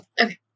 Okay